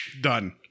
done